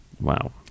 Wow